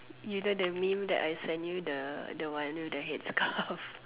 you know the meme that I send you the the one with the headscarf